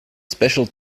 special